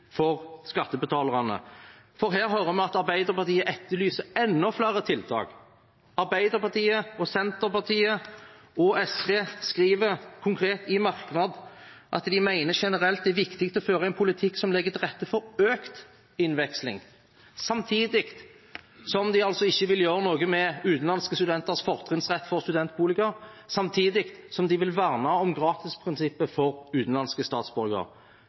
for skattebetalerne, for her hører vi at Arbeiderpartiet etterlyser enda flere tiltak. Arbeiderpartiet, Senterpartiet og SV skriver konkret i merknad at de mener generelt det er viktig å føre en politikk som legger til rette for økt innveksling, samtidig som de altså ikke vil gjøre noe med utenlandske studenters fortrinnsrett til studentboliger, og samtidig som de vil verne om gratisprinsippet for utenlandske statsborgere.